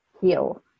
heal